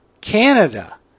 canada